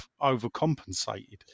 overcompensated